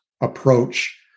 approach